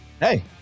hey